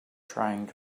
trying